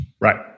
Right